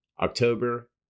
October